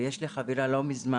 יש לי חברה שלא מזמן